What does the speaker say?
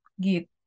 get